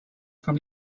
from